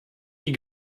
die